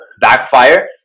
backfire